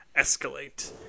escalate